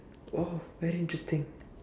oh very interesting